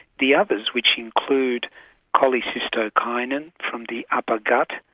the others which include cholecystokinin from the upper gut,